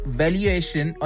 valuation